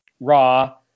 Raw